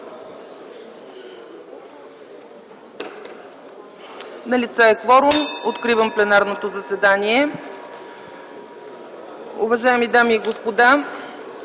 Налице е кворум. Откривам пленарното заседание. Уважаеми дами и господа,